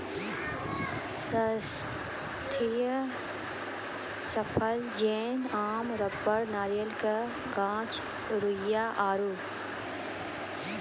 स्थायी फसल जेना आम रबड़ नारियल के गाछ रुइया आरु